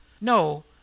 No